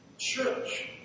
church